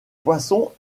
poissons